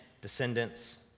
descendants